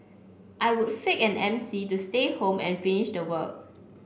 I would fake an M C to stay home and finish the work